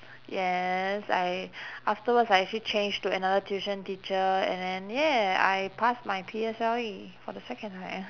yes I afterwards I actually change to another tuition teacher and then !yay! I pass my P_S_L_E for the second time